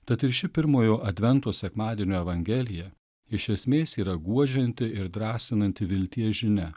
tad ir ši pirmojo advento sekmadienio evangelija iš esmės yra guodžianti ir drąsinanti vilties žinia